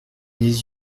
les